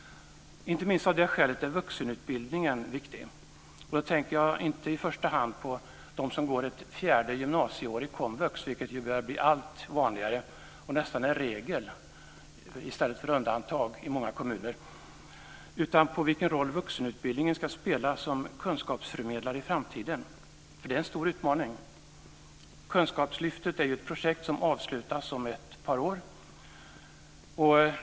Inte minst av det skälet är vuxenutbildningen viktig. Och då tänker jag inte i första hand på dem som går ett fjärde gymnasieår i komvux, vilket börjar bli allt vanligare och nästan en regel i stället för ett undantag i många kommuner, utan på vilken roll vuxenutbildningen ska spela som kunskapsförmedlare i framtiden. Det är en stor utmaning. Kunskapslyftet är ett projekt som avslutas om ett par år.